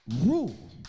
rule